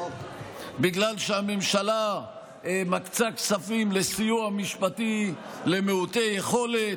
בגלל שהממשלה מקצה כספים לסיוע משפטי למעוטי יכולת,